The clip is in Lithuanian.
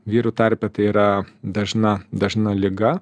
vyrų tarpe tai yra dažna dažna liga